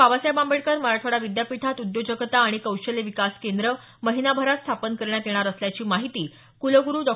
बाबासाहेब आंबेडकर मराठवाडा विद्यापीठात उद्योजकता आणि कौशल्य विकास केंद्र महिनाभरात स्थापन करण्यात येणार असल्याची माहिती कुलगुरु डॉ